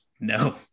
No